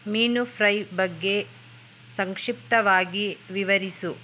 ಮೀನು ಫ್ರೈ ಬಗ್ಗೆ ಸಂಕ್ಷಿಪ್ತವಾಗಿ ವಿವರಿಸು